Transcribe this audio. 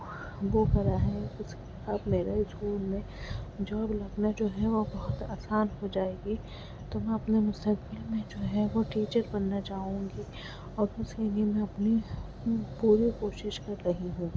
وہ کرا ہے اس کے ساتھ میرا اسکول میں جاب لگنا جو ہے وہ بہت آسان ہو جائے گی تو میں اپنے مستقبل میں جو ہے وہ ٹیچر بننا چاہوں گی اور اس کے لیے میں اپنی پوری کوشش کر رہی ہوں